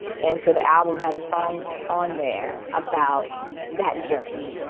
and so the album has songs on there about that journey.